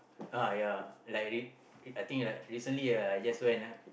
uh ya like re~ I think like recently I just went